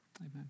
Amen